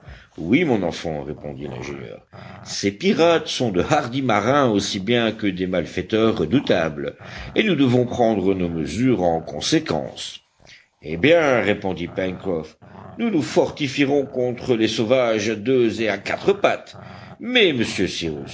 oui mon enfant répondit l'ingénieur ces pirates sont de hardis marins aussi bien que des malfaiteurs redoutables et nous devons prendre nos mesures en conséquence eh bien répondit pencroff nous nous fortifierons contre les sauvages à deux et à quatre pattes mais monsieur